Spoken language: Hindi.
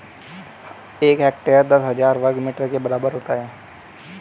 एक हेक्टेयर दस हजार वर्ग मीटर के बराबर होता है